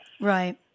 Right